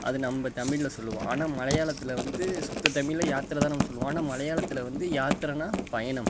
அது நம்ம தமிழில் சொல்லுவோம் ஆனால் மலையாளத்தில் வந்து சுத்த தமிழில் யாத்ரை தான் நம்ம சொல்லுவோம் ஆனால் மலையாளத்தில் வந்து யாத்ரனா பயணம்